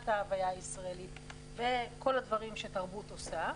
ההוויה הישראלית וכל הדברים שתרבות עושה.